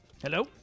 Hello